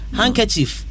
handkerchief